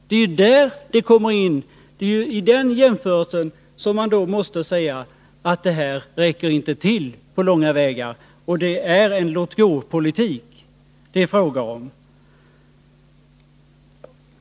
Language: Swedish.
Det är vid den jämförelsen som vi måste säga att åtgärderna inte räcker till på långa vägar och att det är fråga om en låt-gå-politik.